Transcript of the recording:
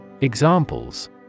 Examples